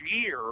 year